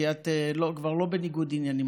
כי את כבר לא בניגוד עניינים,